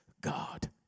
God